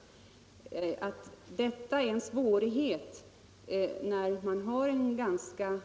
Det måste framstå som klart att detta är en svårighet när det finns en